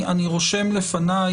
רושם לפניי,